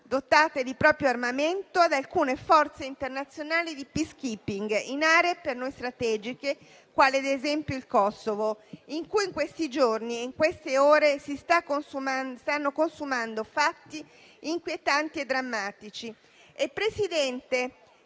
dotata di proprio armamento, ad alcune forze internazionali di *peacekeeping* in aree per noi strategiche quali, ad esempio, il Kossovo, in cui in questi giorni e in queste ore si stanno consumando fatti inquietanti e drammatici. A tal